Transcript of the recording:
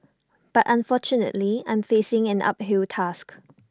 but unfortunately I'm facing an uphill task